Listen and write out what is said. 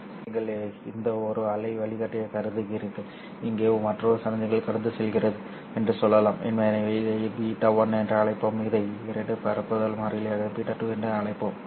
பின்னர் நீங்கள் இன்னும் ஒரு அலை வழிகாட்டியைக் கருதுகிறீர்கள் இங்கே மற்றொரு சமிக்ஞை கடந்து செல்கிறது என்று சொல்லலாம் எனவே இதை β1 என அழைப்போம் இதை இரண்டு பரப்புதல் மாறிலிகளாக β2 என அழைப்போம்